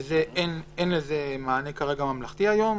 שאין לזה מענה ממלכתי היום,